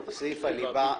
סעיף הליבה.